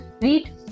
read